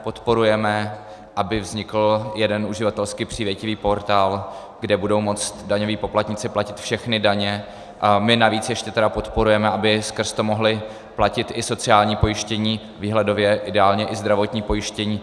Podporujeme, aby vznikl jeden uživatelsky přívětivý portál, kde budou moci daňoví poplatníci platit všechny daně, a my navíc ještě tedy podporujeme, aby skrz to mohli platit i sociální pojištění, výhledově ideálně i zdravotní pojištění.